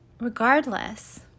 Regardless